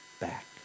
back